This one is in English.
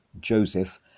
Joseph